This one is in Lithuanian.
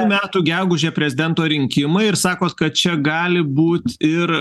metų gegužę prezidento rinkimai ir sakot kad čia gali būt ir